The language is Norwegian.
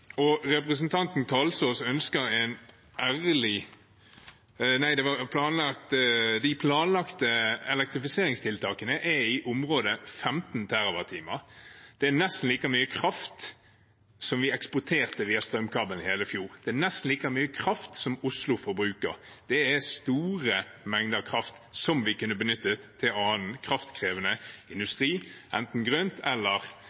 De planlagte elektrifiseringstiltakene er i området 15 TWh. Det er nesten like mye kraft som vi eksporterte via strømkabel i hele fjor. Det er nesten like mye kraft som Oslo forbruker, det er store mengder kraft, som vi kunne benyttet til annen kraftkrevende industri, enten grønn eller